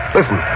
Listen